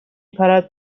پرد